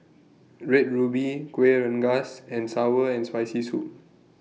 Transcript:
Red Ruby Kueh Rengas and Sour and Spicy Soup